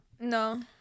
No